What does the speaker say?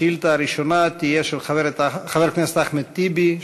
השאילתה הראשונה תהיה של חבר הכנסת אחמד טיבי,